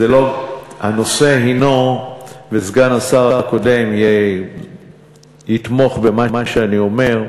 הנושא הנו, וסגן השר הקודם יתמוך במה שאני אומר,